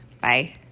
Bye